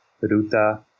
Ruta